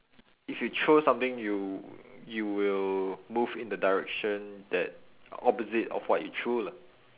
if you throw something you you will move in the direction that opposite of what you threw lah